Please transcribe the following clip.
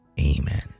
Amen